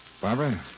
Barbara